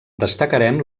destacarem